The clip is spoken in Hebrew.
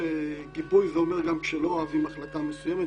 גיבוי זה אומר גם כשלא אוהבים החלטה מסוימת.